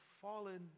fallen